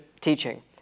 teaching